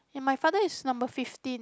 and my father is number fifteen